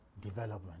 Development